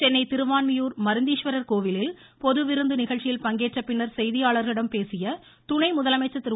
சென்னை திருவாண்மியூர் மருந்தீஸ்வரர் கோவிலில் பொது விருந்து நிகழ்ச்சியில் பங்கேற்ற பின்னர் செய்தியாளர்களிடம் பேசிய துணை முதலமைச்சர் திரு